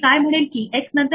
काय घडेल जर बी तिथे नसेल